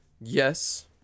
Yes